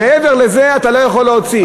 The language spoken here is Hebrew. מעבר לזה אתה לא יכול להוציא.